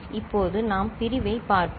இப்போது நாம் பிரிவைப் பார்ப்போம்